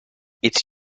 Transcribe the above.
its